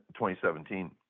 2017